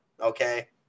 okay